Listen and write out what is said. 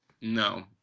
No